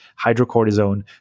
Hydrocortisone